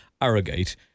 Arrogate